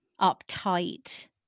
uptight